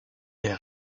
est